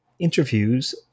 interviews